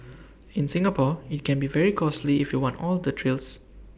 in Singapore IT can be very costly if you want all the trills